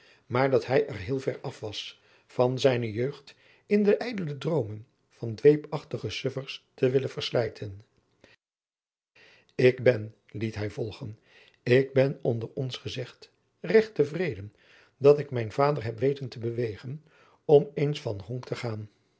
maar dat hij er heel ver af was van zijne jeugd in de ijdele droomen van dweepachtige suffers te willen verslijten ik ben liet hij volgen ik ben onder ons gezegd regt te vreden dat ik mijn vader heb weten te bewegen om eens van honk te gaan